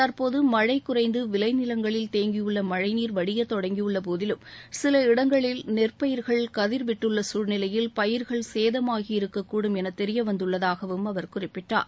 தற்போது மழை குறைந்து விளை நிலங்களில் தேங்கியுள்ள மழைநீர் வடியத் தொடங்கியுள்ளபோதிலும் சில இடங்களில் நெற்பயிர்கள் கதிர் விட்டுள்ள சூழ்நிலையில் பயிர்கள் சேதமாகியிருக்கக்கூடும் என தெரிய வந்துள்ளதாகவும் அவர் குறிப்பிட்டார்